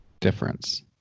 difference